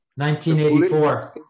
1984